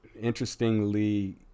interestingly